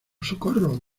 socorro